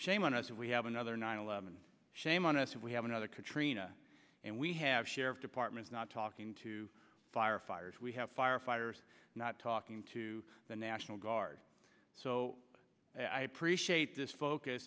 shame on us if we have another nine eleven shame on us if we have another katrina and we have sheriff's departments not talking to firefighters we have firefighters not talking to the national guard so i appreciate this focus